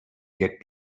get